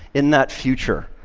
in that future,